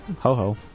ho-ho